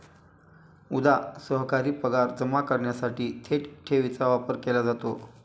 उदा.सरकारी पगार जमा करण्यासाठी थेट ठेवीचा वापर केला जातो